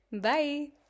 Bye